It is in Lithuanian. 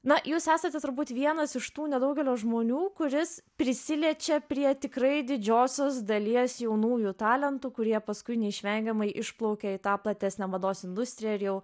na jūs esate turbūt vienas iš tų nedaugelio žmonių kuris prisiliečia prie tikrai didžiosios dalies jaunųjų talentų kurie paskui neišvengiamai išplaukia į tą platesnę mados industriją ir jau